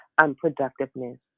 unproductiveness